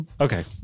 Okay